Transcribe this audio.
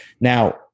Now